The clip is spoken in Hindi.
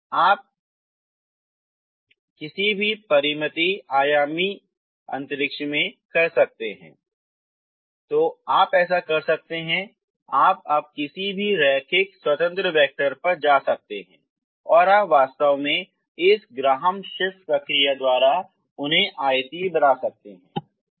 तो यह आप किसी भी परिमित आयामी अंतरिक्ष में कर सकते हैं तो आप ऐसा कर सकते हैं आप अब किसी भी रैखिक स्वतंत्र वैक्टर पर जा सकते हैं आप वास्तव में इस ग्राहम श्मिट प्रक्रिया द्वारा उन्हें आयतीय बना सकते हैं